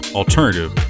alternative